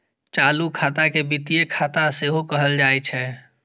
चालू खाता के वित्तीय खाता सेहो कहल जाइ छै